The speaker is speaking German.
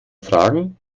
fragen